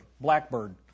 blackbird